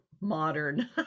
modern